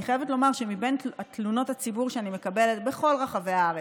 אני חייבת לומר שמבין תלונות הציבור שאני מקבלת מכל רחבי הארץ,